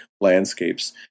landscapes